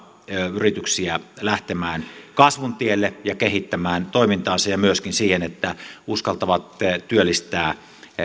yrityksiä lähtemään kasvun tielle ja kehittämään toimintaansa ja myöskin siihen että ne uskaltavat työllistää